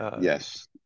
Yes